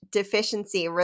deficiency